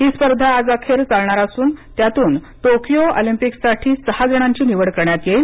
ही स्पर्धा आजअखेर चालणार असून त्यातून टोकियो ऑलिंपिकसाठी सहा जणांची निवड करण्यात येईल